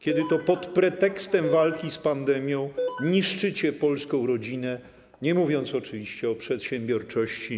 kiedy pod pretekstem walki z pandemią niszczycie polską rodzinę, nie mówiąc oczywiście o przedsiębiorczości.